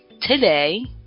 today